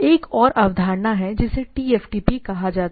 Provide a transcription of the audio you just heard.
एक और अवधारणा है जिसे टीएफटीपी कहा जाता है